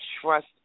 trust